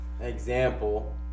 example